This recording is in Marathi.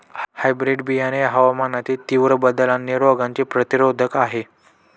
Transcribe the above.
हायब्रीड बियाणे हवामानातील तीव्र बदल आणि रोगांचे प्रतिरोधक आहे